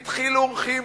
בדחילו ורחימו,